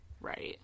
right